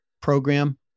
program